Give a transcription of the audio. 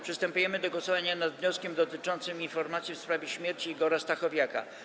Przystępujemy do głosowania nad wnioskiem dotyczącym informacji w sprawie śmierci Igora Stachowiaka.